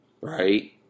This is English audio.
right